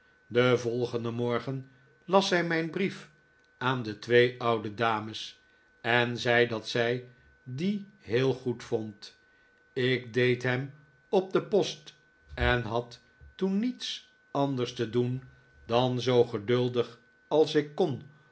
den volgenden morgen las zij mijn brief aan de twee oude dames en zei dat zij dien heel goed vond ik deed hem op de post en had toen niets anders te doen dan tun s ik zag